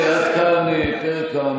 גמרנו, מספיק.